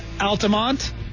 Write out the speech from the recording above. Altamont